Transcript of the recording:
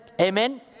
Amen